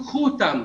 קחו אותם,